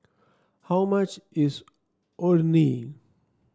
how much is Orh Nee